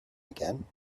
again